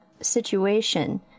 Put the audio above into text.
situation